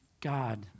God